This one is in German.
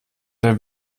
der